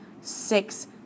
six